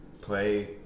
play